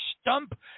stump